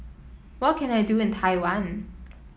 what can I do in Taiwan